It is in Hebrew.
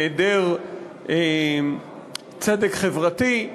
היעדר צדק חברתי,